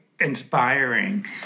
inspiring